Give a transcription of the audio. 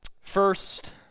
First